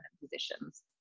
positions